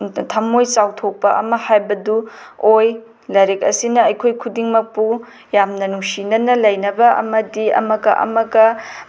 ꯊꯃꯣꯏ ꯆꯥꯎꯊꯣꯛꯄ ꯑꯃ ꯍꯥꯏꯕꯗꯨ ꯑꯣꯏ ꯂꯥꯏꯔꯤꯛ ꯑꯁꯤꯅ ꯑꯩꯈꯣꯏ ꯈꯨꯗꯤꯡꯃꯛꯄꯨ ꯌꯥꯝꯅ ꯅꯨꯡꯁꯤꯅꯅ ꯂꯩꯅꯕ ꯑꯃꯗꯤ ꯑꯃꯒ ꯑꯃꯒ